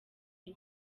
iyi